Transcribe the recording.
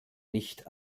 nicht